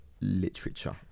literature